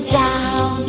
down